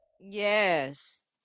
yes